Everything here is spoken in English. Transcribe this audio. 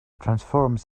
transforms